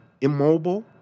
immobile